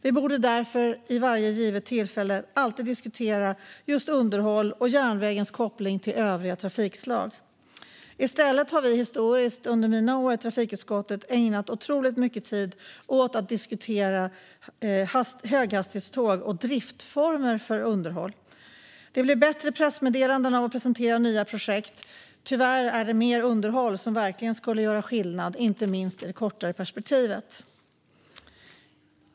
Vi borde vid varje givet tillfälle diskutera just underhåll och järnvägens koppling till övriga trafikslag. I stället har vi historiskt under mina år i trafikutskottet ägnat otroligt mycket tid åt att diskutera höghastighetståg och driftsformer för underhåll. Det blir bättre pressmeddelanden av att presentera nya projekt, men tyvärr är det mer underhåll som verkligen skulle göra skillnad - inte minst i det kortare perspektivet.